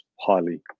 highly